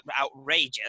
outrageous